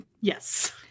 Yes